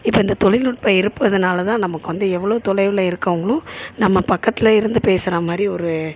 இப்போ இந்த தொழில்நுட்பம் இருப்பதுனால் தான் நமக்கு வந்து எவ்வளோ தொலைவில் இருக்கவங்களும் நம்ம பக்கத்திலே இருந்து பேசுகிறா மாதிரி ஒரு